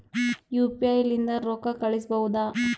UPI ಲಿಂದ ರೊಕ್ಕ ಕಳಿಸಬಹುದಾ?